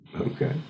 Okay